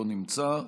לא נמצא.